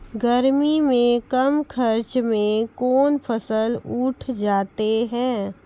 गर्मी मे कम खर्च मे कौन फसल उठ जाते हैं?